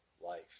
life